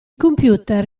computer